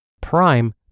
prime